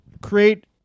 create